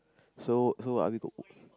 so so are we g~